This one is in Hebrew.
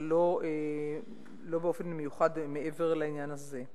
אבל לא באופן מיוחד מעבר לעניין הזה.